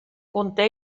conté